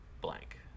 blank